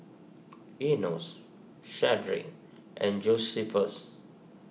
Enos Shedrick and Josephus